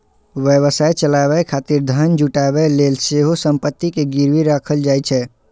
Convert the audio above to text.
व्यवसाय चलाबै खातिर धन जुटाबै लेल सेहो संपत्ति कें गिरवी राखल जाइ छै